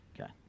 Okay